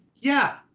yeah,